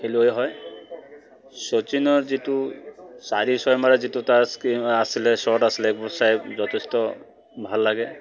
খেলুৱৈ হয় শচীনৰ যিটো চাৰি ছয় মাৰা যিটো তাৰ স্কিম আছিলে শ্বট আছিলে সেইবোৰ চাই যথেষ্ট ভাল লাগে